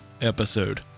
episode